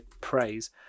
praise